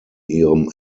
ihrem